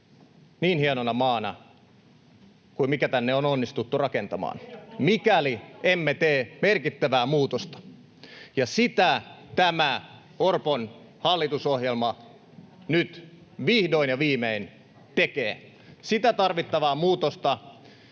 niin hienona maana kuin mikä tänne on onnistuttu rakentamaan, mikäli emme tee merkittävää muutosta. Sitä tämä Orpon hallitusohjelma nyt vihdoin ja viimein tekee, sitä tarvittavaa muutosta,